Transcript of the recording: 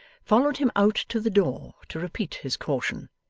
followed him out to the door to repeat his caution,